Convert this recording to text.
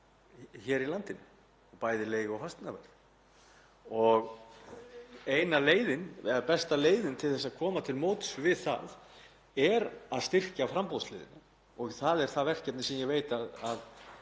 hér í landinu, bæði leigu- og fasteignaverð. Og besta leiðin til að koma til móts við það er að styrkja framboðshliðina og það er það verkefni sem ég veit að